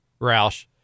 Roush